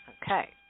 Okay